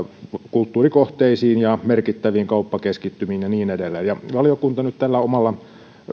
kulttuurikohteisiin ja merkittäviin kauppakeskittymiin ja niin edelleen valiokunta nyt tällä omalla